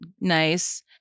nice